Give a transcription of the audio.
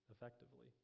effectively